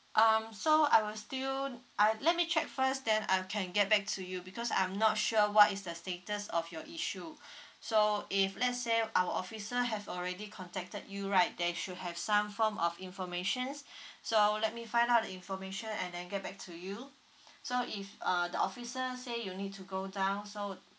um so I will still uh let me check first then I can get back to you because I'm not sure what is the status of your issue so if let's say our officer have already contacted you right they should have some form of informations so let me find out the information and then get back to you so if uh the officer say you need to go down so